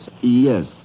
Yes